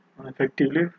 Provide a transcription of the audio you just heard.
Effectively